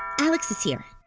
alex is here.